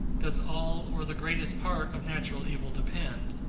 does all or the greatest part of natural evil depend.